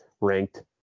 ranked